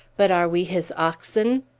but are we his oxen?